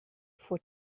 for